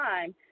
time